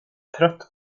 trött